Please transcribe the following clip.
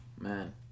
Man